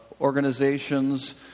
organizations